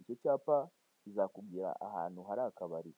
icyo cyapa kizakubwira ahantu hari akabari.